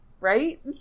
right